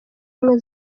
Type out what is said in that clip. ubumwe